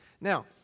Now